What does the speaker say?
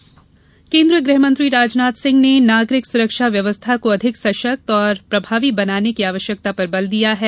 गृहमंत्री केन्द्रीय गृहमंत्री राजनाथ सिंह ने नागरिक सुरक्षा व्यवस्था को अधिक सशक्त और प्रभावी बनाने की आवश्यकता पर बल दिया है